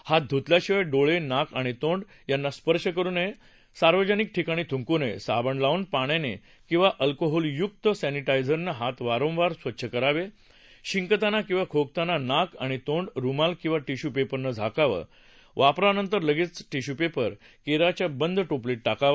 हात धुतल्याशिवाय डोळा आक आणि तोंड यांना स्पर्श करु नया सार्वजनिक ठिकाणी थुंकू नया आबण लावून पाण्यानाकिवा अल्कोहोलयुक्त सॅनिटाइझरनवित वारंवार स्वच्छ करावा शिकताना किवा खोकताना नाक आणि तोंड रुमाल किंवा टिश्यू पाउनं झाकावविविपरानंतर लगावि टिश्यूपाउ करिच्या बंद टोपलीत टाकावा